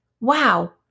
wow